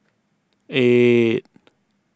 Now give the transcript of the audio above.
eight